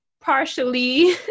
partially